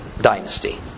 dynasty